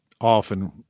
often